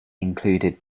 included